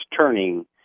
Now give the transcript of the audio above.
turning